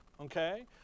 Okay